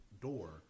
door